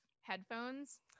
headphones